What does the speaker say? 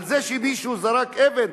על זה שמישהו זרק אבן.